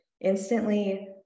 instantly